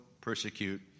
persecute